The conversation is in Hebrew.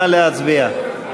נא להצביע.